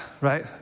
right